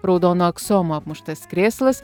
raudonu aksomu apmuštas krėslas